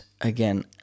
again